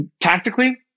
tactically